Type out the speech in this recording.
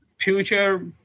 future